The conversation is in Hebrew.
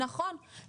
נכון,